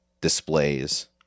displays